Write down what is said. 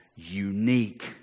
unique